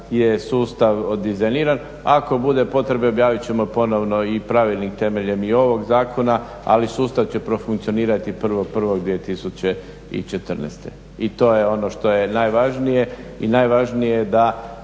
je sustav dizajniran. Ako bude potrebe objavit ćemo ponovno i pravilnik temeljem i ovog zakona, ali sustav će profunkcionirati 01.01.2014. i to je ono što je najvažnije i najvažnije da